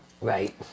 Right